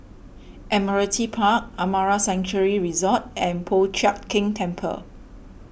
Admiralty Park Amara Sanctuary Resort and Po Chiak Keng Temple